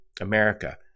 America